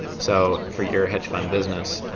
so for your hedge fund business,